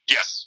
Yes